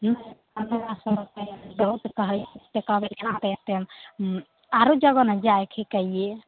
नहि पनरह सओ रुपैआ दौ तऽ नहि कहबै अहाँ एतेक कममे कोनाके हेतै आओर जगह नहि जाएके हइ कइए